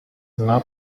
not